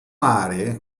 aree